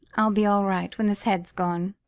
i'll be all right when this head's gone.